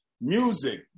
music